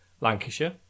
Lancashire